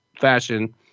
fashion